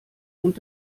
und